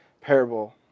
parable